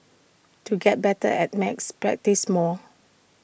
to get better at maths practise more